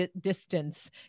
distance